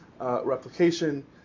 Replication